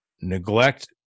neglect